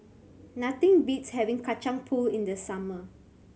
nothing beats having Kacang Pool in the summer